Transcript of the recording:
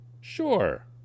sure